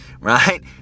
right